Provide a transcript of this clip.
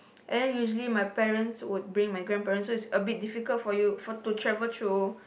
and then usually my parents would bring my grandparent so it's a bit difficult for you for to travel to